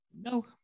No